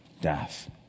death